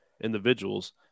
individuals